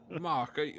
Mark